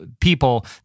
people